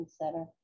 center